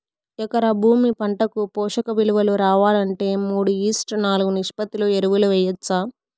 ఎకరా భూమి పంటకు పోషక విలువలు రావాలంటే మూడు ఈష్ట్ నాలుగు నిష్పత్తిలో ఎరువులు వేయచ్చా?